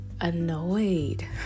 annoyed